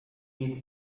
eat